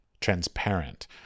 transparent